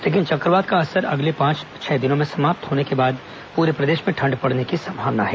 लेकिन चक्रवात का असर अगले पांच छह दिनों में समाप्त होने के बाद ही पूरे प्रदेश में ठंड पड़ने की संभावना है